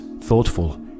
thoughtful